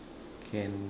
can